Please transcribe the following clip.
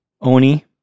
oni